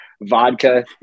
vodka